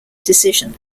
decision